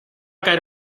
caer